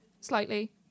Slightly